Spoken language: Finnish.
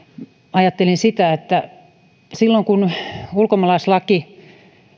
ajattelin sitä että silloin kun ulkomaalaislaki